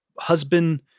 husband